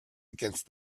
against